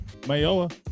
Mayoa